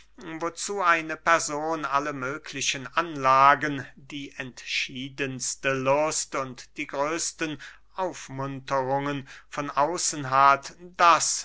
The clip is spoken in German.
wozu eine person alle mögliche anlagen die entschiedenste lust und die größten aufmunterungen von außen hat das